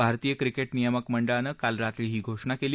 भारतीय क्रिकेट नियामक मंडळानं काल रात्री ही घोषणा केली